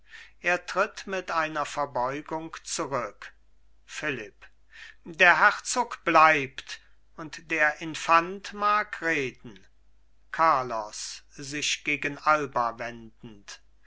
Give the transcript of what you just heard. er tritt mit einer verbeugung zurück philipp der herzog bleibt und der infant mag reden carlos sich gegen alba wendend